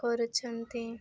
କରୁଛନ୍ତି